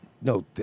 No